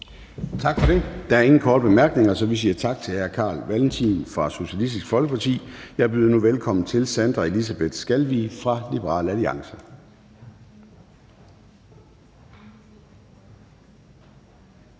Tak for det. Der er ikke flere korte bemærkninger, så vi siger tak til fru Anne Valentina Berthelsen fra Socialistisk Folkeparti. Jeg byder nu velkommen til fru Sandra Eliasabeth Skalvig fra Liberal Alliance.